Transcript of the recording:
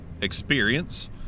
experience